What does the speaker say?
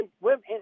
women